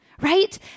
right